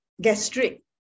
gastric